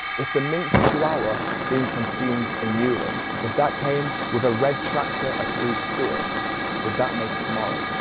if the minced chihuahua being consumed in yulin, if that came with a red tractor approved seal would that make it moral?